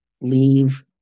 leave